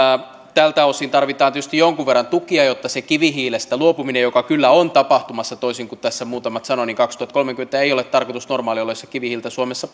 tältä osin tarvitaan tietysti jonkun verran tukia jotta se kivihiilestä luopuminen joka kyllä on tapahtumassa toteutuisi toisin kuin tässä muutamat sanoivat kaksituhattakolmekymmentä ei ole tarkoitus normaalioloissa kivihiiltä suomessa